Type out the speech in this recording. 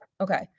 Okay